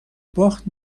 باخت